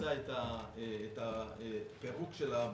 לבצע את הפירוק של האביזרים,